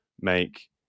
make